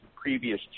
previous